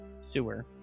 sewer